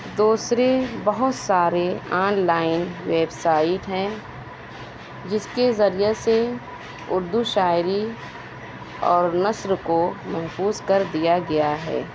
دوسری بہت سارے آن لائن ویب سائٹ ہیں جس کے ذریعے سے اُردو شاعری اور نثر کو محفوظ کر دیا گیا ہے